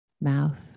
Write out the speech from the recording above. mouth